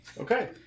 okay